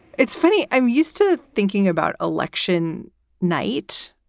it's funny, i'm used to thinking about election night.